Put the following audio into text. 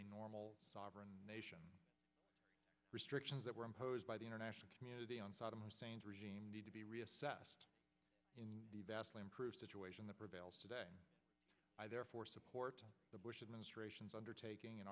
a normal sovereign nation restrictions that were imposed by the international community on saddam hussein's regime need to be reassessed in the vastly improved situation that prevails today i therefore support the bush administration's undertaking